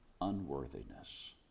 unworthiness